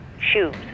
shoes